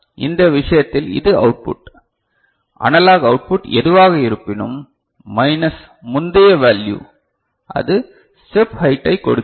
இந்த விஷயத்தில் இது அவுட் புட் அனலாக் அவுட்புட் எதுவாக இருப்பினும் மைனஸ் முந்தைய வேல்யூ அது ஸ்டெப் ஹைட்டை கொடுக்கிறது